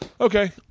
okay